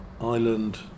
island